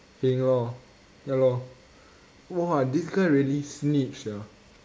heng lor ya lor !wah! this guy really snitch ah